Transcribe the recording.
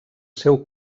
seu